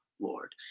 Lord